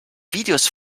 videos